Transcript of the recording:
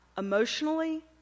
emotionally